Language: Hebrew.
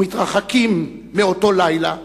ומתרחקים מאותו לילה,